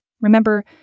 Remember